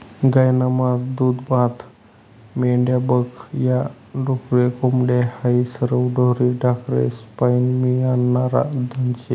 गायनं मास, दूधदूभतं, मेंढ्या बक या, डुकरे, कोंबड्या हायी सरवं ढोरे ढाकरेस्पाईन मियनारं धन शे